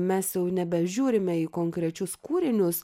mes jau nebežiūrime į konkrečius kūrinius